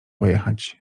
pojechać